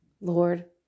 Lord